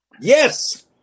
Yes